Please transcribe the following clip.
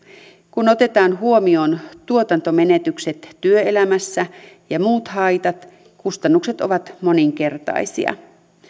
kun otetaan huomioon tuotantomenetykset työelämässä ja muut haitat kustannukset ovat moninkertaisia